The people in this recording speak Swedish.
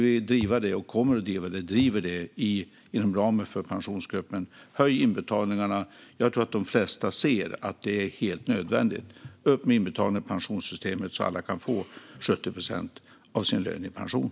Vi driver denna fråga inom ramen för Pensionsgruppen. Höj inbetalningarna! Jag tror att de flesta inser att det är helt nödvändigt. Höj inbetalningarna till pensionssystemet så att alla kan få motsvarande 70 procent av sin lön i pension.